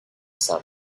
cell